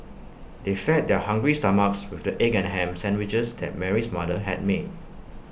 they fed their hungry stomachs with the egg and Ham Sandwiches that Mary's mother had made